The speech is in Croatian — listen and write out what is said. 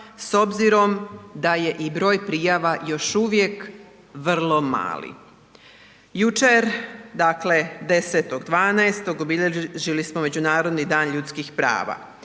s obzirom da je i broj prijava još uvijek vrlo mali. Jučer, dakle 10.12. obilježili smo Međunarodni dan ljudskih prava